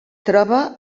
troba